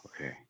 Okay